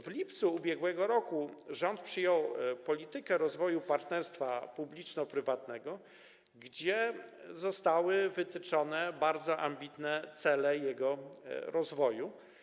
W lipcu ub.r. rząd przyjął politykę rozwoju partnerstwa publiczno-prywatnego, w której zostały wytyczone bardzo ambitne cele jego rozwoju.